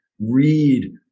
Read